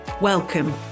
Welcome